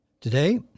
Today